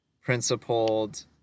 principled